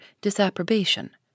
disapprobation